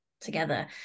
together